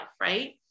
right